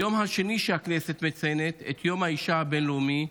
היום השני שהכנסת מציינת הוא יום האישה הבין-לאומי,